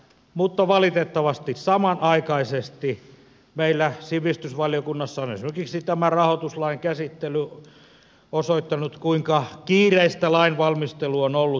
mutta valitettavasti samanaikaisesti meillä sivistysvaliokunnassa on esimerkiksi tämä rahoituslain käsittely osoittanut kuinka kiireistä lainvalmistelu on ollut